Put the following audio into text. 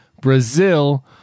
Brazil